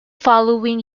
following